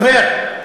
זוהיר,